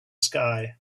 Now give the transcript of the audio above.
sky